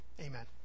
amen